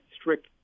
strict